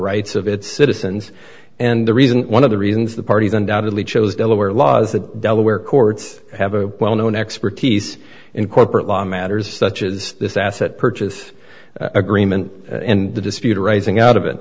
rights of its citizens and the reason one of the reasons the parties undoubtedly chose delaware laws the delaware courts have a well known expertise in corporate law matters such as this asset purchase agreement and the dispute arising out of it